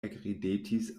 ekridetis